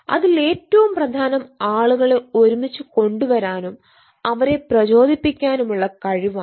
അതിൽ ഏറ്റവും പ്രധാനം ആളുകളെ ഒരുമിച്ച് കൊണ്ടുവരാനും അവരെ പ്രചോദിപ്പിക്കാനും ഉള്ള കഴിവാണ്